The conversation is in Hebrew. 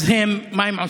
אז הם, מה הם עושים?